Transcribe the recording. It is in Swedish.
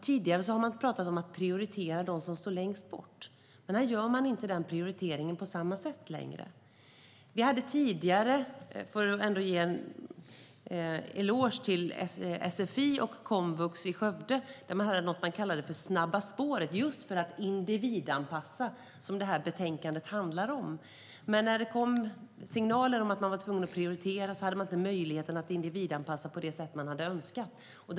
Tidigare har det talats om att prioritera dem med lägst utbildning. Här görs inte den prioriteringen på samma sätt längre. Låt mig ge en eloge till sfi och komvux i Skövde. Där fanns något de kallade Snabba spåret - just för att kunna individanpassa, som betänkandet handlar om. När det kom signaler om att prioritera blev det inte möjligt att individanpassa på det sätt de önskade.